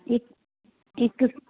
ਇੱਕ ਇੱਕ